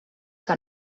que